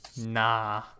nah